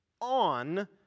on